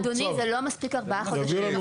אדוני, זה לא מספיק ארבעה חודשים.